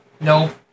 No